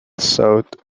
sought